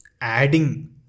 adding